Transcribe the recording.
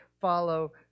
follow